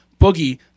Boogie